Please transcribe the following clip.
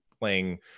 playing